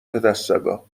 پدسگا